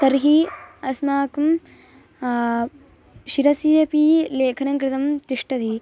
तर्हि अस्माकं शिरसि अपि लेखनं कृतं तिष्ठति